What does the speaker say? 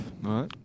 Right